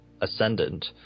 ascendant